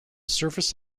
surface